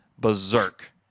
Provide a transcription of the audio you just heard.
Berserk